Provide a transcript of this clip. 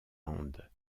andes